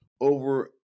over